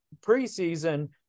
preseason